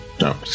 no